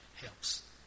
helps